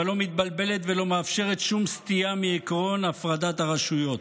אבל לא מתבלבלת ולא מאפשרת שום סטייה מעקרון הפרדת הרשויות,